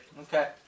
Okay